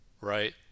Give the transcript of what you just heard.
right